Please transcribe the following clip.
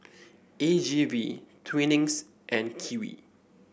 A G V Twinings and Kiwi